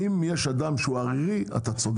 אם יש אדם שהוא ערירי, אתה צודק.